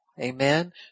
Amen